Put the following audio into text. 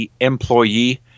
employee